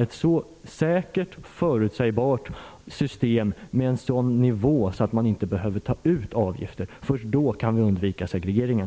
ett så säkert och förutsägbart system för de fristående skolorna att de inte behöver ta ut avgifter? Först då kan vi undvika segregeringen.